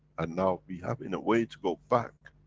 and now, we have in a way, to go back.